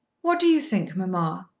what do you think, mamma?